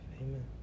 Amen